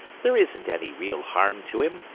there isn't any real harm to him.